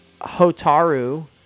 Hotaru